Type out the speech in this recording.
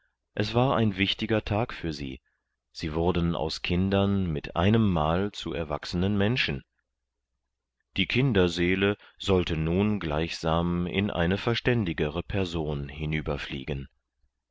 es war ein wichtiger tag für sie sie wurden aus kindern mit einemmal zu erwachsenen menschen die kinderseele sollte nun gleichsam in eine verständigere person hinüberfliegen